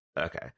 Okay